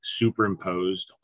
superimposed